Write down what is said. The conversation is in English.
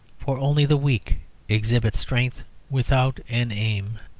for only the weak exhibit strength without an aim.